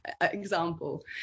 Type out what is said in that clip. example